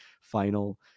final